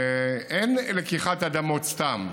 אין לקיחת אדמות סתם.